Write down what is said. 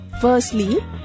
Firstly